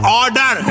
order